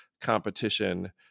competition